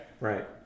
Right